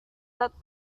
that